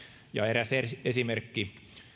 eräs eräs esimerkki